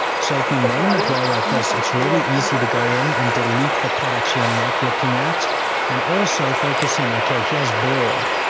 so, if you name it well like this, it's really easy to go in and delete the products you're not looking at and also focus in, okay, here's broad,